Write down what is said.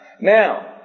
Now